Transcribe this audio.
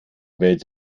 wählt